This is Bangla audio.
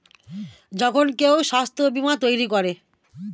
যখন কেউ স্বাস্থ্য বীমা তৈরী করে